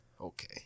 Okay